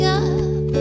up